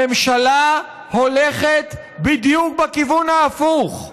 הממשלה הולכת בדיוק בכיוון ההפוך.